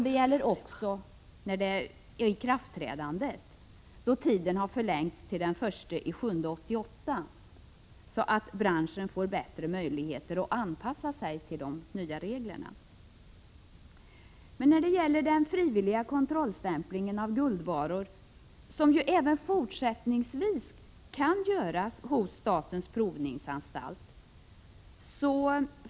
Det gäller också tiden för ikraftträdandet, som nu har framflyttats till den 1 juli 1988, så att branschen får bättre möjligheter att anpassa sig till de nya reglerna. Frivillig kontrollstämpling av guldvaror kan även fortsättningsvis göras hos statens provningsanstalt.